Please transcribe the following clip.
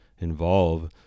involve